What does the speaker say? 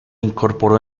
incorporó